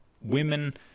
women